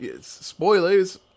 spoilers